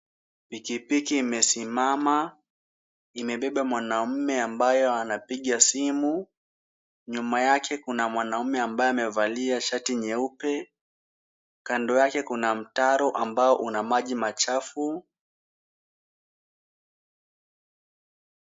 Pikipiki imesimama, imebeba mwanaume ambaye anapiga simu. Nyuma yake kuna mwanaume ambaye amevalia shati nyeupe, kando yake kuna mtaro ambao una maji machafu.